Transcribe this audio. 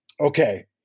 Okay